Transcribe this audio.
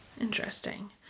Interesting